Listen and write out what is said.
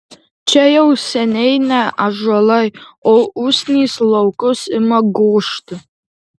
čia jau seniai ne ąžuolai o usnys laukus ima gožti